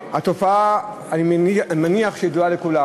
התופעה, אני מניח, ידועה לכולם: